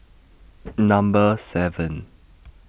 Number seven